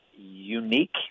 unique